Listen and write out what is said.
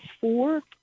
four